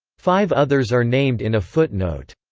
five others are named in a footnote.